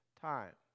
time